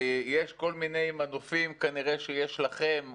שיש כל מיני מנופים או יחסים